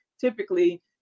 typically